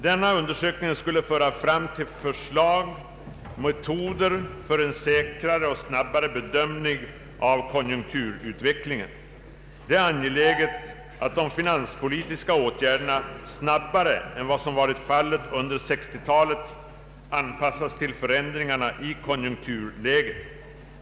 Denna undersökning skulle leda fram till förslag till metoder för en säkrare och snabbare bedömning av konjunkturutvecklingen. Det är angeläget att de finanspolitiska åtgärderna snabbare än vad som varit fallet under 1960-talet anpassas till förändringarna i konjunkturläget.